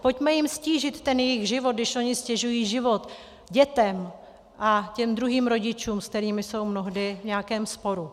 Pojďme jim ztížit ten jejich život, když oni ztěžují život dětem a těm druhým rodičům, s kterými jsou mnohdy v nějakém sporu.